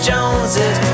Joneses